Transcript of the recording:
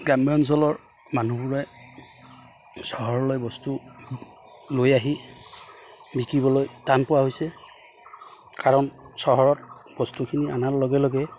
গ্ৰাম্য অঞ্চলৰ মানুহবোৰে চহৰলৈ বস্তু লৈ আহি বিকিবলৈ টান পোৱা হৈছে কাৰণ চহৰত বস্তুখিনি অনাৰ লগে লগে